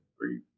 three